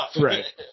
Right